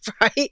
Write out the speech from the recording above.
right